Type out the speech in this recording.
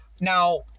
Now